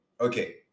okay